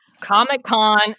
Comic-Con